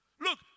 Look